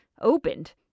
Opened